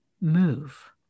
move